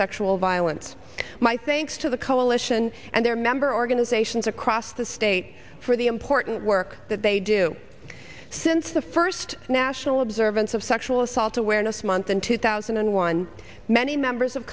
sexual violence my thanks to the coalition and their member organizations asta state for the important work that they do since the first national observance of sexual assault awareness month in two thousand and one many members of